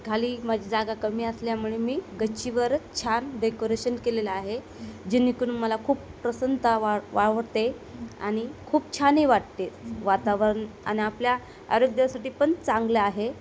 खाली माझी जागा कमी असल्यामुळे मी गच्चीवरच छान डेकोरेशन केलेलं आहे जेणेकरुन मला खूप प्रसन्नता वावरते आणि खूप छानही वाटते वातावरण आणि आपल्या आरोग्यासाठी पण चांगले आहे